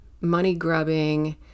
money-grubbing